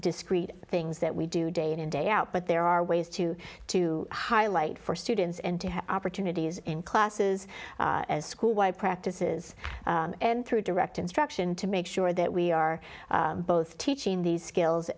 discrete things that we do day in and day out but there are ways to to highlight for students and to have opportunities in classes at school why practices and through direct instruction to make sure that we are both teaching these skills